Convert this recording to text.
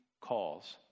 calls